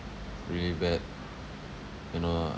really bad you know